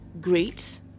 great